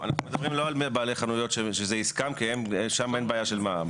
אנחנו לא מדברים על בעלי חנויות שזה עסקם כי שם אין בעיה של מע"מ.